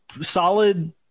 solid